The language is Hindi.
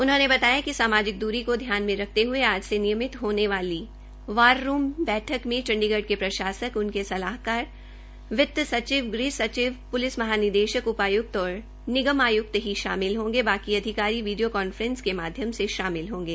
उन्होंने बताया कि सामाजिक दूरी को ध्यान में रखते हुए आज से नियमित होने वाली वार रूम बैठक में चण्डीगढ के प्रशासक उनके सलाहकार वित्त सचिव गृह सचिव उपायुक्त और निगम आयुक्त ही शामिल होंगे बाकी अधिकारी वीडियो कॉन्फ्रेंस को माध्यम से शामिल होंगे